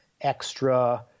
extra